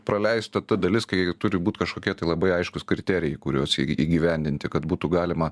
praleista ta dalis kai turi būt kažkokie tai labai aiškūs kriterijai kuriuos įgyvendinti kad būtų galima